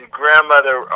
grandmother